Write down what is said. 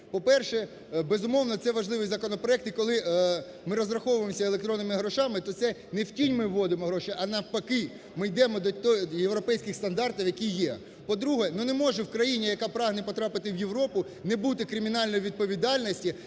По-перше, безумовно, це важливий законопроект, і коли ми розраховуємося електронними грошами, то це не в тінь ми вводимо гроші, а навпаки ми йдемо до тих європейських стандартів, які є. По-друге, не може в країні, яка прагне потрапити в Європу, не бути кримінальної відповідальності